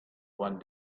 one